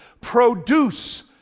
Produce